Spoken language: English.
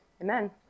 amen